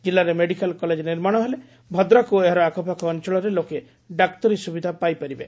ଜିଲ୍ଲାରେ medical college ନିର୍ମାଶ ହେଲେ ଭଦ୍ରକ ଓ ଏହାର ଆଖାପାଖ ଅଞ୍ଞଳର ଲୋକେ ଡାକ୍ତରୀ ସୁବିଧା ପାଇପ ପାରିବେ